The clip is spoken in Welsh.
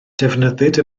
defnyddid